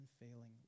unfailing